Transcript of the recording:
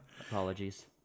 Apologies